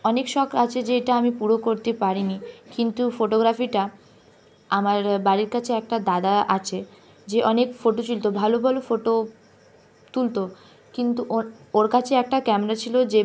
অনেক শখ আছে যে এটা আমি পুরো করতে পারিনি কিন্তু ফটোগ্রাফিটা আমার বাড়ির কাছে একটা দাদা আছে যে অনেক ফোটো তুলত ভালো ভালো ফোটো তুলত কিন্তু ওর ওর কাছে একটা ক্যামেরা ছিল যে